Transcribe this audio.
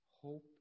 hope